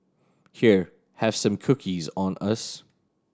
here have some cookies on us